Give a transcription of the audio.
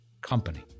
company